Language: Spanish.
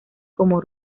como